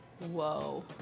Whoa